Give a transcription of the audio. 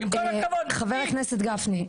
חבר הכנסת גפני.